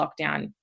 lockdown